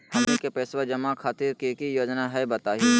हमनी के पैसवा जमा खातीर की की योजना हई बतहु हो?